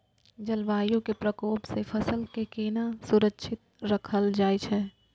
जलवायु के प्रकोप से फसल के केना सुरक्षित राखल जाय छै?